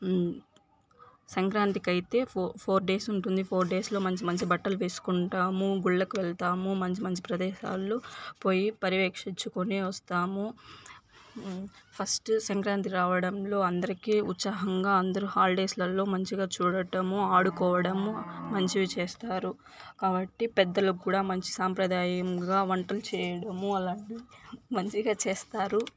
సంక్రాంతికి అయితే four four days ఉంటుంది ఫోర్ డేస్లలో మంచి మంచి బట్టలు వేసుకుంటాము గుళ్లకు వెళ్తాము మంచి మంచి ప్రదేశాల్లో పోయి పర్యవేక్షించుకునే వస్తాము ఫస్ట్ సంక్రాంతి రావడంలో అందరికీ ఉత్సాహంగా అందరు హాలిడేస్లలో మంచిగా చూడటము ఆడుకోవడము మంచిది చేస్తారు కాబట్టి పెద్దలకు కూడా మంచి సాంప్రదాయంగా వంటలు చేయడము అలాంటివి మంచిగా చేస్తారు